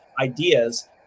ideas